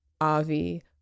Avi